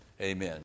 Amen